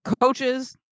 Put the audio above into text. coaches